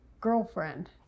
girlfriend